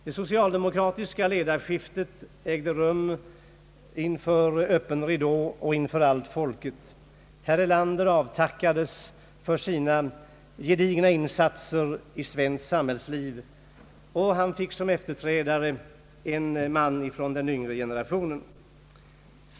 Det socialdemokratiska ledarskiftet ägde rum inför öppen ridå och inför allt folket. Herr Erlander avtackades för sin gedigna insats i svenskt samhällsliv. Han fick som efterträdare en man från den yngre generationen.